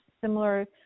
similar